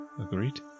Agreed